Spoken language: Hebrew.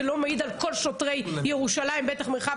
זה לא מעיד על כל שוטרי ירושלים ומרחב